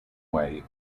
way